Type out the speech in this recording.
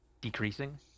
decreasing